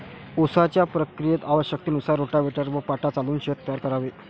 उसाच्या प्रक्रियेत आवश्यकतेनुसार रोटाव्हेटर व पाटा चालवून शेत तयार करावे